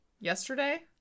yesterday